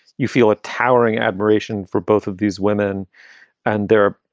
you feel a towering admiration for both of these women and their.